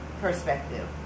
perspective